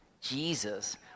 Jesus